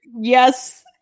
Yes